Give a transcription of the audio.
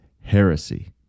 heresy